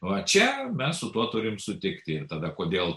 va čia mes su tuo turime sutikti ir tada kodėl